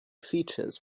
features